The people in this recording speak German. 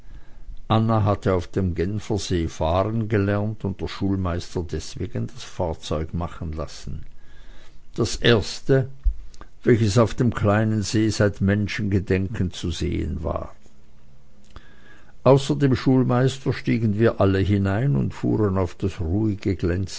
anna hatte auf dem genfersee fahren gelernt und der schulmeister deswegen das fahrzeug machen lassen das erste welches auf dem kleinen see seit menschengedenken zu sehen war außer dem schulmeister stiegen wir alle hinein und fuhren auf das ruhige glänzende